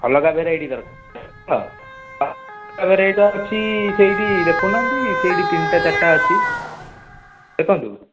ଅଲଗା ଭେରାଇଟ୍ର ଏଇଟା ଅଛି ସେଇଟି ଦେଖୁନାହାନ୍ତି ସେଇଟି ତିନିଟା ଚାରିଟା ଅଛି ଦେଖନ୍ତୁ